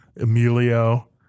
Emilio